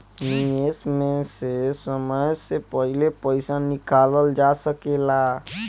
निवेश में से समय से पहले पईसा निकालल जा सेकला?